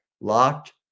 locked